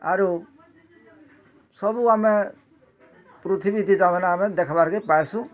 ଆରୁ ସବୁ ଆମେ ପୃଥିବୀ ଥି ତା ମାନେ ଆମେ ଦେଖ୍ବାର୍ କେ ପାଏସୁଁ